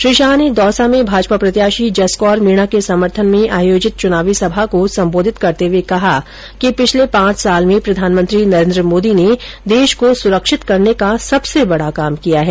श्री शाह ने दौसा में भाजपा प्रत्याषी जसकौर मीणा के समर्थन में आयोजित चुनावी सभा को संबोधित करते हुए कहा कि पिछले पांच साल में प्रधानमंत्री नरेंद्र मोदी ने देष को सुरक्षित करने का सबसे बडा काम किया है